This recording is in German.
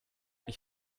ich